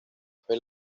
fue